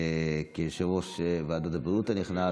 כיושב-ראש ועדת הבריאות הנכנס